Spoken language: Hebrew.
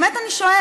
באמת אני שואלת.